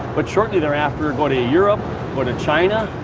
but shortly thereafter go to europe, go to china,